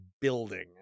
building